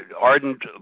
ardent